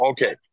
Okay